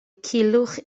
culhwch